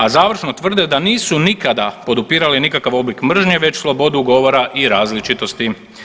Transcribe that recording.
A završno tvrde da nisu nikada podupirali nikakav oblik mržnje već slobodu govora i različitosti.